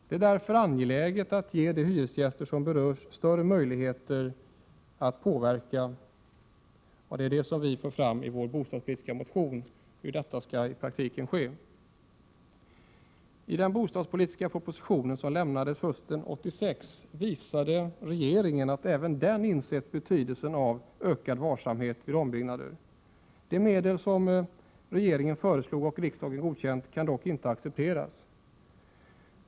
Det är därför angeläget att man ger de hyresgäster som berörs större möjligheter att påverka det hela, och vi anger i vår bostadspolitiska motion hur detta i praktiken skall gå till. I den bostadspolitiska proposition som lämnades hösten 1986 visade regeringen att även den insett betydelsen av ökad varsamhet vid ombyggnader. De medel som regeringen föreslog, och som riksdagen godkänt, kan dock inte accepteras.